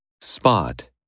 Spot